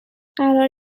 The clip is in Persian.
قرار